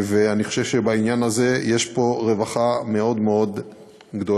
ואני חושב שבעניין הזה יש פה רווחה מאוד מאוד גדולה.